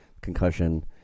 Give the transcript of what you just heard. concussion